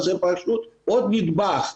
זה פשוט עוד נדבך.